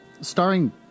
starring